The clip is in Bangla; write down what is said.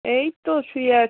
এই তো শুয়ে আছি